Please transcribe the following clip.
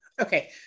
Okay